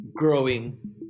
growing